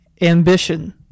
Ambition